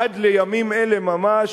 עד לימים אלה ממש,